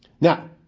Now